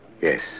Yes